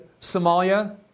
Somalia